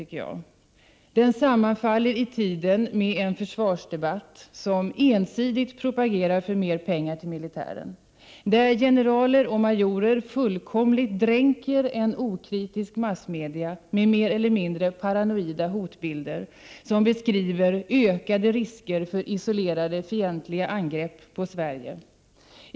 Kampanjen sammanfaller i tiden med en försvarsdebatt som ensidigt propagerar för mer pengar till militären, där generaler och majorer fullkomligt dränker okritiska massmedia i mer eller mindre paranoida hotbilder, som beskriver ökade risker för isolerade fientliga angrepp på Sverige.